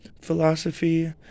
philosophy